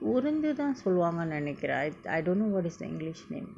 உளுந்துதா சொல்வாங்க நெனைகுர:ulunthutha solvanga nenaikura I I don't know what is the english name